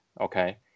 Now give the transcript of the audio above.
okay